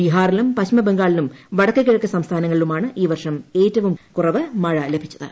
ബീഹാറിലും പശ്ചിമബംഗാളിലും വടക്ക് കിഴക്ക് സംസ്ഥാനങ്ങളിലുമാണ് ഈ വർഷം ഏറ്റവും കുറവ് മഴ ലഭിച്ചത്